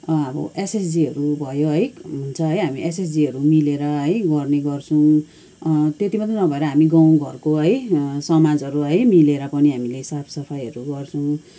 अब एसएचजीहरू भयो है हुन्छ है हामी एसएचजीहरू मिलेर है गर्ने गर्छौँ त्यति मात्रै नभएर हामी गाउँघरको है समाजहरू है मिलेर पनि हामीले साफसफाइहरू गर्छौँ